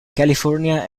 california